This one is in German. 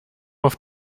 auf